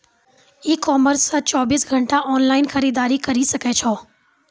ई commerce से चौबीस घंटा ऑनलाइन खरीदारी करी सकै छो